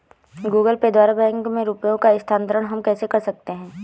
Google Pay द्वारा bank में रुपयों का स्थानांतरण हम कैसे कर सकते हैं?